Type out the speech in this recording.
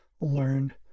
learned